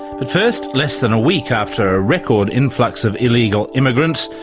but first, less than a week after a record influx of illegal immigrants,